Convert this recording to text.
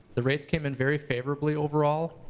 the rates came in very favorably overall.